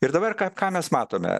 ir dabar ką ką mes matome